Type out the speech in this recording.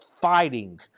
fighting